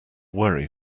worry